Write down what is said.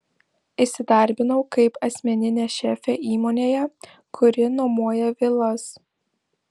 įsidarbinau kaip asmeninė šefė įmonėje kuri nuomoja vilas